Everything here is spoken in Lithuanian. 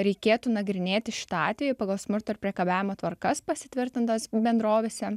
reikėtų nagrinėti šitą atvejį pagal smurto ir priekabiavimo tvarkas pasitvirtintas bendrovėse